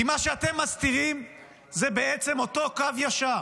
כי מה שאתם מסתירים זה בעצם אותו קו ישר